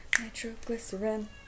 Nitroglycerin